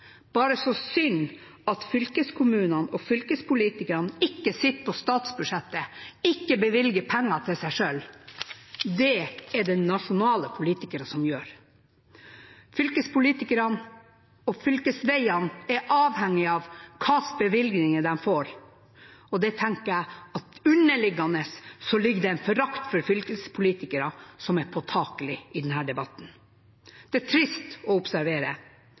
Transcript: bare så synd at fylkeskommunene og fylkespolitikerne ikke sitter på statsbudsjettet, at de ikke bevilger penger til seg selv. Det er det nasjonale politikere som gjør. Fylkespolitikerne og fylkesveiene er avhengige av de bevilgningene de får. Jeg tenker at underliggende er det en forakt for fylkespolitikere som er påtakelig i denne debatten. Det er trist å observere.